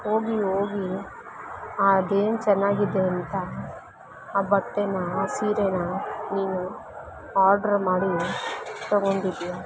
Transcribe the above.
ಹೋಗಿ ಹೋಗಿ ಅದೇನು ಚೆನ್ನಾಗಿದೆ ಅಂತ ಆ ಬಟ್ಟೆ ಆ ಸೀರೆ ನೀನು ಆಡ್ರ್ ಮಾಡಿ ತಗೊಂಡಿದ್ಯಾ